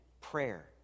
prayer